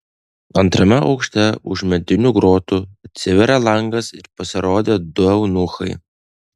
antrame aukšte už medinių grotų atsivėrė langas ir pasirodė du eunuchai